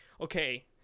okay